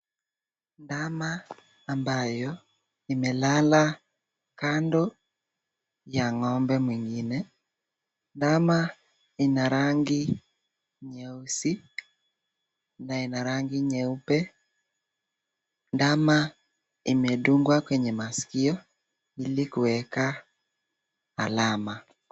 Ndama ambayo imelala kando ya ng'ombe mwingine. Ndama ina rangi nyeusi na ina rangi nyeupe. Ndama imedungwa kwenye maskio ili kuweka alama.